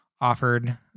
offered